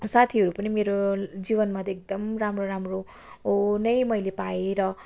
साथीहरू पनि मेरो जीवनमा त एकदम राम्रो राम्रो नै मैले पाएँ र